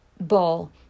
ball